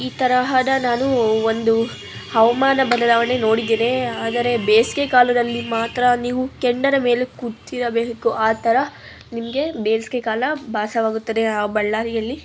ಈ ತರಹದ ನಾನು ಒಂದು ಹವಾಮಾನ ಬದಲಾವಣೆ ನೋಡಿದ್ದೇನೆ ಆದರೆ ಬೇಸಿಗೆ ಕಾಲದಲ್ಲಿ ಮಾತ್ರ ನೀವು ಕೆಂಡದ ಮೇಲೆ ಕೂತಿರಬೇಕು ಆ ಥರ ನಿಮಗೆ ಬೇಸಿಗೆ ಕಾಲ ಭಾಸವಾಗುತ್ತದೆ ಬಳ್ಳಾರಿಯಲ್ಲಿ